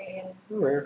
why